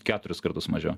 keturis kartus mažiau